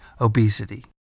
obesity